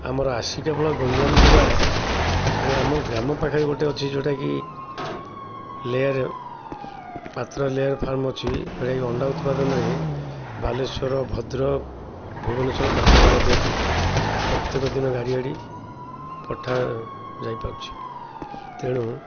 ଆମର ଆସିକପଳ ଗଞ୍ଜାମ ଜିଲ୍ଲାରେ ଆମ ଗ୍ରାମ ପାଖରେ ଗୋଟେ ଅଛି ଯେଉଁଟାକି ଲେୟର ପାତ୍ର ଲେୟର ଫାର୍ମ ଅଛି ଯେଉଁଟାକି ଅଣ୍ଡା ଉତ୍ପାଦନରେ ବାଲେଶ୍ୱର ଭଦ୍ରକ ଭୁବନେଶ୍ୱର କଟକ ମଧ୍ୟଠୁ ପ୍ରତ୍ୟେକ ଦିନ ଗାଡ଼ି ଗାଡ଼ି ପଠା ଯାଇପାରୁଛି ତେଣୁ